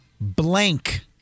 blank